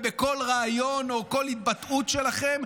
ובכל ריאיון ובכל התבטאות שלכם,